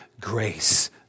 grace